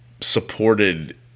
supported